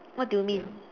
what do you mean